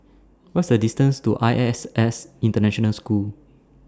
What IS The distance to I S S International School